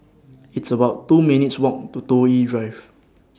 It's about two minutes' Walk to Toh Yi Drive